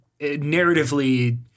narratively